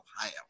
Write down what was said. Ohio